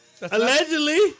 Allegedly